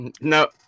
No